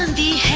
and the